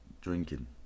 drinking